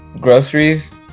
Groceries